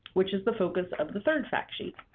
which is the focus of the third fact sheet.